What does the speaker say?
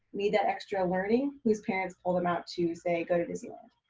need that extra learning whose parents pull them out to say, go to disneyland